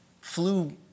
flu